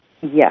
Yes